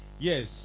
Yes